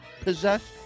possessed